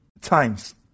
times